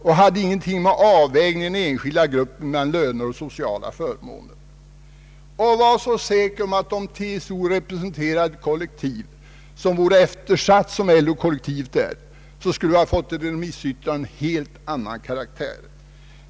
Det hade då ingenting att göra med avvägningen mellan löner och sociala förmåner för de anställda. Var så säker om, att om TCO representerade ett kollektiv som vore eftersatt som LO:s kollektiv, skulle remissyttrandet ha fått en helt annan karaktär!